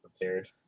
prepared